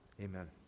amen